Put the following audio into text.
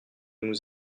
nous